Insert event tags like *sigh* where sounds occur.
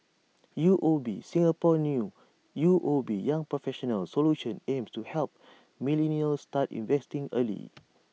*noise* U O B Singaporean new U O B young professionals solution aims to help millennials start investing early